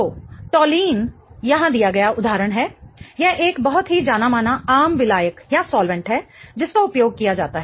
तो टोलूइन यहां दिया गया उदाहरण है यह एक बहुत ही जाना माना आम विलायक है जिसका उपयोग किया जाता है